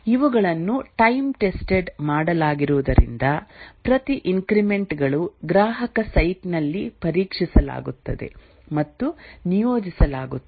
ಇವುಗಳನ್ನು time tested ಮಾಡಲಾಗಿರುವುದರಿಂದ ಪ್ರತಿ ಇನ್ಕ್ರಿಮೆಂಟ್ ಗಳು ಗ್ರಾಹಕ ಸೈಟ್ ನಲ್ಲಿ ಪರೀಕ್ಷಿಸಲಾಗುತ್ತದೆ ಮತ್ತು ನಿಯೋಜಿಸಲಾಗುತ್ತದೆ